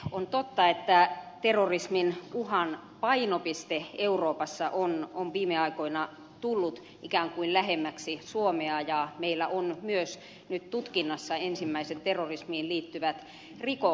on totta että terrorismin uhan painopiste euroopassa on viime aikoina tullut ikään kuin lähemmäksi suomea ja meillä on myös nyt tutkinnassa ensimmäiset terrorismiin liittyvät rikokset